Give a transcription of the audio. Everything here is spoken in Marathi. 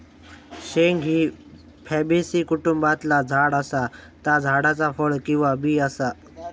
शेंग ही फॅबेसी कुटुंबातला झाड असा ता झाडाचा फळ किंवा बी असा